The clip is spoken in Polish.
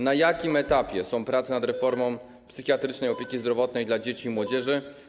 Na jakim etapie są prace nad reformą psychiatrycznej opieki zdrowotnej dla dzieci i młodzieży?